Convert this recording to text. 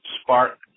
spark